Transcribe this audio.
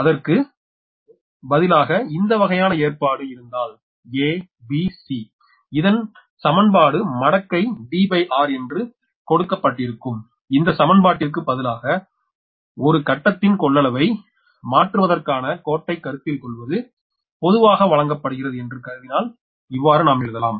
அதற்கு பதிலாக இந்த வகையான ஏற்பாடு இருந்தால் a b c இதன் சமன்பாடு மடக்கை Dr என்று கொடுக்கப்பட்டிருக்கும் இந்த சமன்பாட்டிற்கு பதிலாக ஒரு கட்டத்தின் கொள்ளளவை மாற்றுவதற்கான கோட்டைக் கருத்தில் கொள்வது பொதுவாக வழங்கப்படுகிறது என்று கருதினால் எழுதலாம்